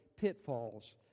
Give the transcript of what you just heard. pitfalls